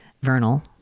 Vernal